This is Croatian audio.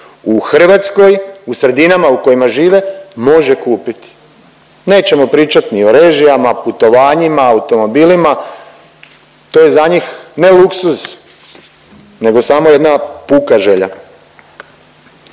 u Hrvatskoj u sredinama u kojima žive, može kupiti. Nećemo pričati ni o režijama, putovanjima automobilima, to je za njih, ne luksuz, nego samo jedna puka želja.